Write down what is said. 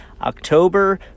October